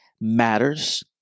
matters